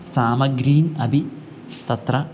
सामग्रीं अपि तत्र